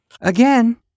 Again